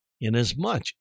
inasmuch